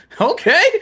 okay